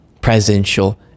presidential